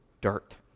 dirt